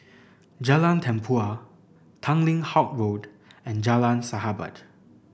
Jalan Tempua Tanglin Halt Road and Jalan Sahabat